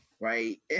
Right